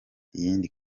iyindi